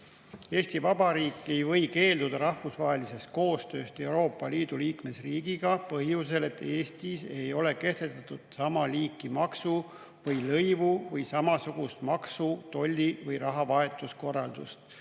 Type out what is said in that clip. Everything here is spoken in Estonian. "Eesti Vabariik ei või keelduda rahvusvahelisest koostööst Euroopa Liidu liikmesriigiga põhjusel, et Eestis ei ole kehtestatud sama liiki maksu või lõivu või samasugust maksu-, tolli- või rahavahetuse korraldust